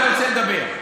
על זה אני רוצה לדבר.